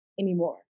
anymore